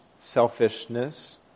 selfishness